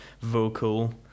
vocal